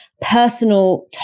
personal